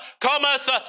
cometh